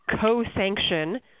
co-sanction